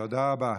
תודה רבה.